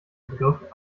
begriff